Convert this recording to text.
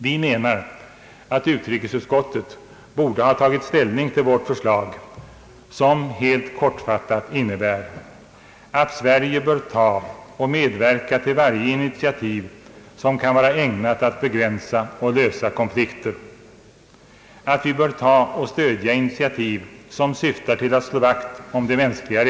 Vi menar att utrikesutskottet borde ha tagit ställning till vårt förslag, som helt kortfattat innebär att Sverige bör medverka till varje initiativ som kan vara ägnat att begränsa och lösa konflikter, att vi bör stödja initiativ som syftar till att slå vakt om de mänskliga Ang.